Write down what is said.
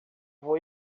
vou